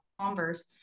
Converse